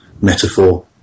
metaphor